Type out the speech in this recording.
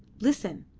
listen!